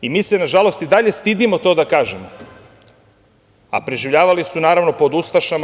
Mi se, nažalost, i dalje stidimo to da kažemo, a preživljavali su, naravno, pod ustašama.